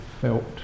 felt